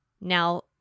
now